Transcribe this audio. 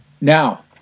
Now